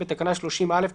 בתקנה 30(א),